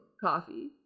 coffee